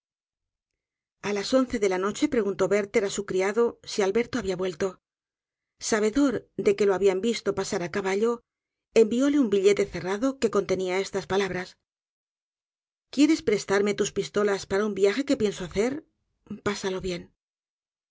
las once de la noche preguntó werther á su criado si alberto habia vuelto sabedor de que lo habían visto pasar á caballo envióle un billete cerrado que contenia estas palabras quieres prestarme tus pistolas para un viaje que pienso hacer pásalo bien